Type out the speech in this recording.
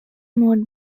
moved